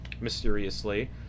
mysteriously